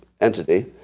Entity